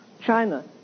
China